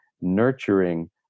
nurturing